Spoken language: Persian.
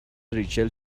ریچل